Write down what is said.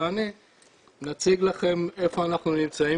ואני נציג לכם איפה אנחנו נמצאים